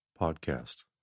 Podcast